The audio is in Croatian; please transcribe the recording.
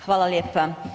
Hvala lijepa.